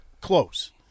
close